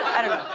i don't